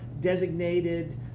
designated